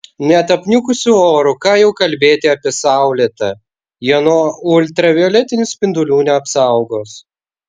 net apniukusiu oru ką jau kalbėti apie saulėtą jie nuo ultravioletinių spindulių neapsaugos